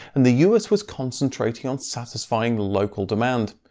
and the us was concentrating on satisfying local demand.